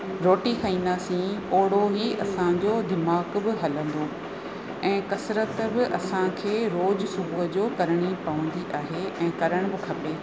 रोटी खाईंदासीं ओहिड़ो ई असांजो दिमाग़ बि हलंदो ऐं कसिरत बि असांखे रोज़ु सुबुह जो करणी पवंदी आहे ऐं करण बि खपे